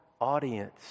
audience